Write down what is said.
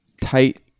tight